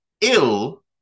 ill